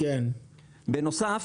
בנוסף,